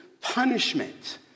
punishment